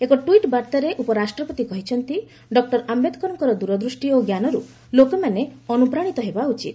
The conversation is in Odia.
ଏକ ଟ୍ୱିଟ୍ ବାର୍ତ୍ତାରେ ଉପରାଷ୍ଟ୍ରପତି କହିଛନ୍ତି କୁର ଆମ୍ପେଦକରଙ୍କର ଦୂରଦୃଷ୍ଟି ଓ ଜ୍ଞାନରୁ ଲୋକମାନେ ଅନୁପ୍ରାଣିତ ହେବା ଉଚିତ